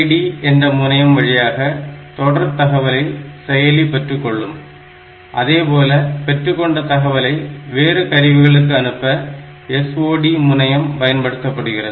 SID என்ற முனையம் வழியாக தொடர் தகவலை செயலி பெற்றுக்கொள்ளும் அதேபோல பெற்றுக்கொண்ட தகவலை வேறு கருவிகளுக்கு அனுப்ப SOD முனையம் பயன்படுத்தப்படுகிறது